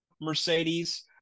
Mercedes